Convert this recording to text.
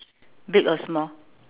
big or small